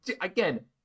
again